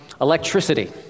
electricity